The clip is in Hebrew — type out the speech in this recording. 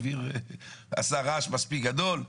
עשה רעש מספיק גדול,